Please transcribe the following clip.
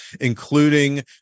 including